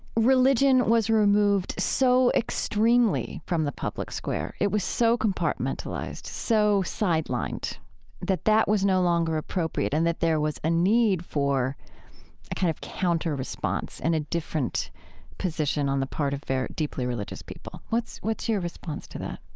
religion, was removed so extremely from the public square, it was so compartmentalized, so sidelined that that was no longer appropriate and that there was a need for a kind of counter-response and a different position on the part of deeply religious people. what's what's your response to that?